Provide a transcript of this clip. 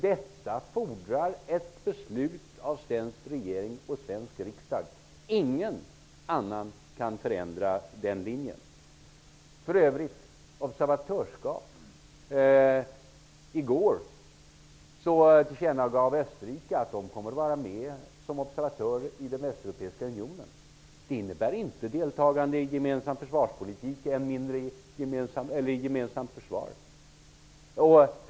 Detta fordrar ett beslut av svensk regering och svensk riksdag. Ingen annan kan förändra den linjen. Vidare har vi frågan om observatörsskap. I går tillkännagav Österrike att landet skall vara med som obeservatör i den västeuropeiska unionen. Det innebär inte deltagande i en gemensam försvarspolitik, än mindre i ett gemensamt försvar.